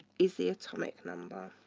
is the atomic number.